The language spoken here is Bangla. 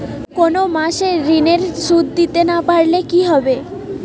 কোন মাস এ ঋণের সুধ দিতে না পারলে কি হবে?